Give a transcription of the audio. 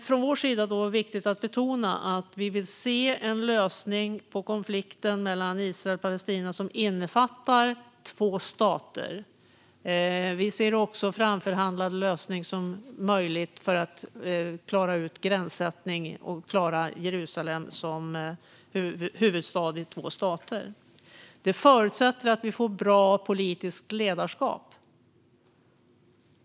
Från vår sida är det viktigt att betona att vi vill se en lösning på konflikten mellan Israel och Palestina som innefattar två stater. Vi ser också en framförhandlad lösning som möjlig för att klara ut gränssättning och Jerusalem som huvudstad i två stater. Det förutsätter att vi får bra politiskt ledarskap.